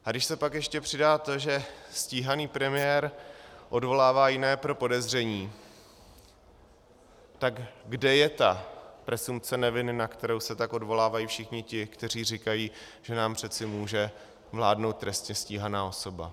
A když se pak ještě přidá to, že stíhaný premiér odvolává jiné pro podezření, tak kde je ta presumpce neviny, na kterou se tak odvolávají všichni ti, kteří říkají, že nám přece může vládnout trestně stíhaná osoba?